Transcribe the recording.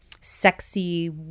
sexy